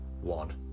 one